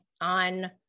on